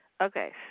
Okay